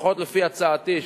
לפחות לפי הצעתי,